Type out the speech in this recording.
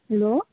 hello